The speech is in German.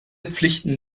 pflichten